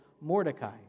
Mordecai